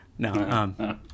No